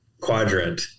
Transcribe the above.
quadrant